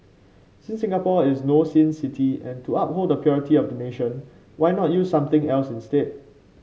since Singapore is no sin city and to uphold the purity of the nation why not use something else instead